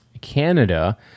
Canada